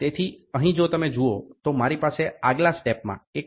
તેથી અહીં જો તમે જુઓ તો મારી પાસે આગલા સ્ટેપમાં 1